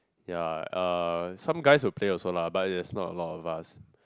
ya uh some guys will play also lah but is not a lot of us